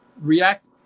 React